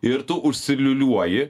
ir tu užsiliūliuoji